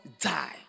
die